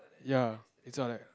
ya it's err like